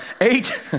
eight